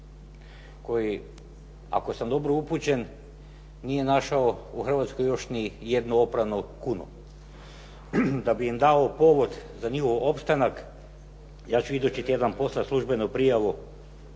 koji, ako sam dobro upućen, nije našao u Hrvatskoj još ni jednu opranu kunu. Da bi im dao povod za njihov opstanak, ja ću idući tjedan poslat službenu prijavu